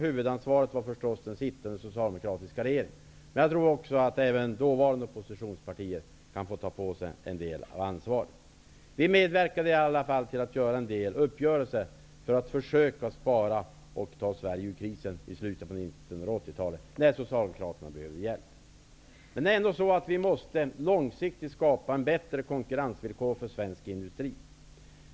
Huvudansvaret har förstås den då sittande socialdemokratiska regeringen, men jag tror att även dåvarande oppositionspartier kan få ta på sig en del av ansvaret. Vi medverkade i alla fall till att träffa en del uppgörelser för att försöka spara och ta Sverige ur krisen i slutet av 1980-talet, när Socialdemokraterna behövde hjälp. Men det är ändå så att vi måste långsiktigt skapa bättre konkurrensvillkor för svensk industri.